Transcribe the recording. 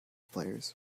players